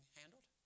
handled